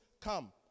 come